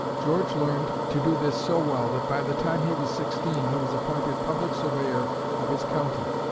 george learned to do this so well that by the time he was sixteen, he was appointed public surveyor of his county.